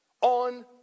on